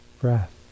breath